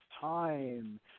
time